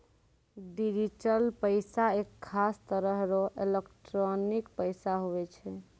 digital पैसा एक खास तरह रो एलोकटानिक पैसा हुवै छै